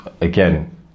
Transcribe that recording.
again